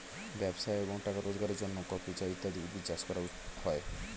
ব্যবসা এবং টাকা রোজগারের জন্য কফি, চা ইত্যাদি উদ্ভিদ চাষ করা হয়